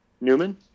Newman